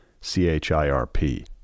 C-H-I-R-P